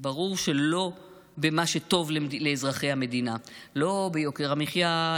ברור שלא במה שטוב לאזרחי המדינה: לא ביוקר המחיה,